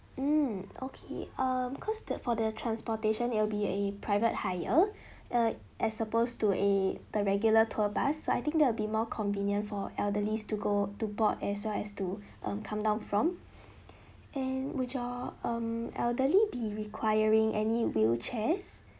mm okay um cause the for the transportation it'll be a private hire uh I supposed to a the regular tour bus so I think that'll be more convenient for elderly to go to board as well as to um come down from and will your um elderly be requiring any wheelchairs